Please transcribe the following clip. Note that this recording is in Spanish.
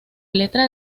letra